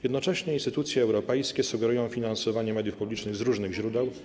Jednocześnie instytucje europejskie sugerują finansowanie mediów publicznych z różnych źródeł.